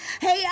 Hey